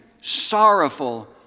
sorrowful